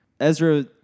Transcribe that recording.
Ezra